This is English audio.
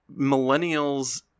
millennials